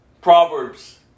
Proverbs